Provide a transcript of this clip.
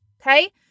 Okay